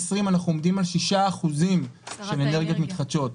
אנחנו עומדים על 6% של אנרגיות מתחדשות.